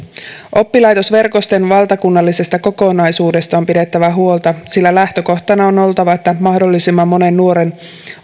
oppilaitosverkoston valtakunnallisesta kokonaisuudesta on pidettävä huolta sillä lähtökohtana on oltava että mahdollisimman monen nuoren